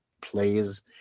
players